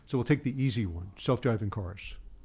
so we'll take the easy one self-driving cars.